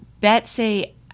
Betsy